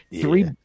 three